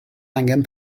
angen